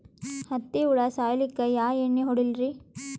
ಹತ್ತಿ ಹುಳ ಸಾಯ್ಸಲ್ಲಿಕ್ಕಿ ಯಾ ಎಣ್ಣಿ ಹೊಡಿಲಿರಿ?